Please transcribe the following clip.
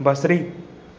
बसरी